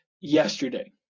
yesterday